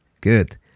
Good